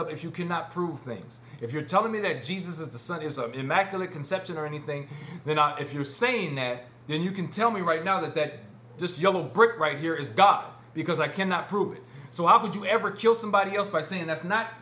up if you cannot prove things if you're telling me that jesus is the son is an immaculate conception or anything they're not if you're saying that then you can tell me right now that that just yellow brick right here is god because i cannot prove it so how could you ever kill somebody else by saying that's not